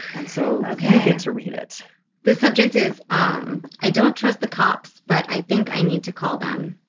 and so, ok, i get to read it the subject is um i don't trust the cops, but i think i need to call them.